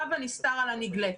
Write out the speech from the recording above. רב הנסתר על הנגלה,